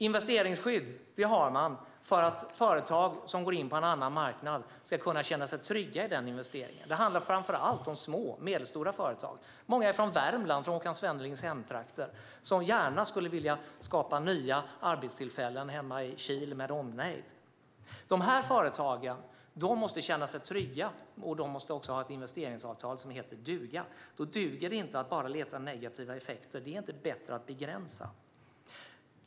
Investeringsskydd har man för att företag som går in på en annan marknad ska kunna känna sig trygga i investeringen. Det handlar framför allt om små och medelstora företag, varav många från Håkan Svennelings hemtrakter i Värmland, som gärna skulle vilja skapa nya arbetstillfällen hemma i Kil med omnejd. Dessa företag måste känna sig trygga, och de måste också ha ett investeringsavtal som heter duga. Då duger det inte att bara leta efter negativa effekter - det är inte bättre att begränsa.